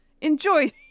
Enjoy